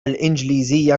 الإنجليزية